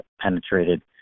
penetrated